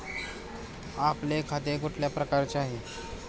आपले खाते कुठल्या प्रकारचे आहे?